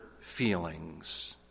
feelings